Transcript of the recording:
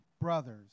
brothers